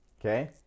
okay